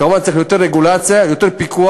כמובן, צריך יותר רגולציה, יותר פיקוח.